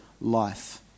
life